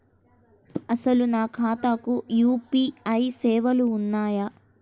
అసలు నా ఖాతాకు యూ.పీ.ఐ సేవలు ఉన్నాయా?